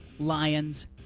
lions